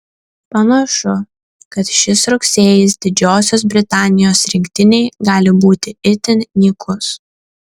panašu kad šis rugsėjis didžiosios britanijos rinktinei gali būti itin nykus